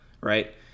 right